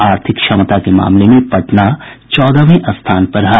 आर्थिक क्षमता के मामले में पटना चौदहवें स्थान पर रहा